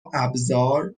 ابزار